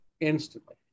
instantly